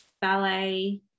ballet